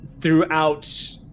throughout